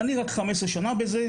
אני רק 15 שנה בזה.